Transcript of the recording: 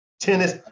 tennis